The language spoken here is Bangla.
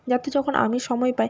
যাতে যখন আমি সময় পাই